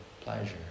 pleasure